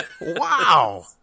Wow